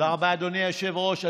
תודה רבה, אדוני היושב-ראש.